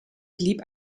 blieb